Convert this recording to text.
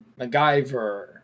MacGyver